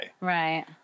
Right